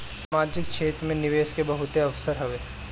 सामाजिक क्षेत्र में निवेश के बहुते अवसर हवे